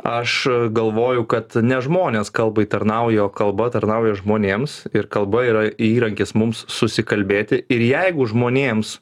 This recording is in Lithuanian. aš galvoju kad ne žmonės kalbai tarnauja o kalba tarnauja žmonėms ir kalba yra įrankis mums susikalbėti ir jeigu žmonėms